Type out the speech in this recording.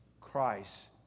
Christ